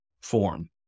form